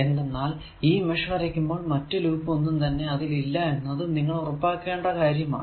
എന്തെന്നാൽ ഈ മെഷ് വരയ്ക്കുമ്പോൾ മറ്റു ലൂപ്പ് ഒന്നും തന്നെ അതിൽ ഇല്ല എന്നത് നിങ്ങൾ ഉറപ്പിക്കേണ്ട കാര്യമാണ്